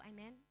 Amen